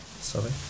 Sorry